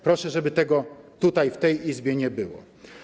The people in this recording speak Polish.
Proszę, żeby tego tutaj, w tej Izbie nie było.